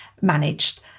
managed